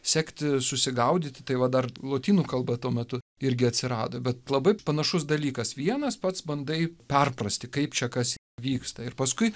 sekti susigaudyti tai va dar lotynų kalba tuo metu irgi atsirado bet labai panašus dalykas vienas pats bandai perprasti kaip čia kas vyksta ir paskui